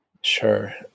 Sure